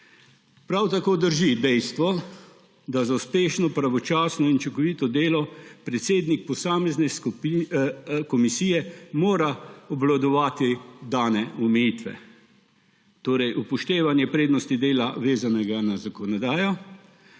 Prav tako drži dejstvo, da za uspešno, pravočasno in učinkovito delo predsednik posamezne komisije mora obvladovati dane omejitve. Torej upoštevanje prednosti dela, vezanega na zakonodajo,